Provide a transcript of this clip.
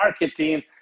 marketing